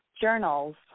Journals